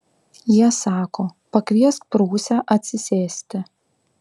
jie sako pakviesk prūsę atsisėsti